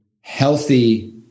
healthy